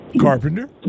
Carpenter